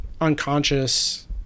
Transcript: unconscious